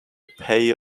pay